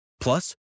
Plus